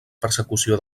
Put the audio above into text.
persecució